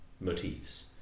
motifs